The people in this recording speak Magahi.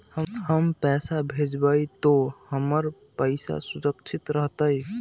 हम पैसा भेजबई तो हमर पैसा सुरक्षित रहतई?